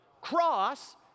cross